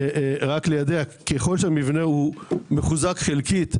ככל שהמבנה מחוזק חלקית,